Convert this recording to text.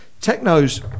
Techno's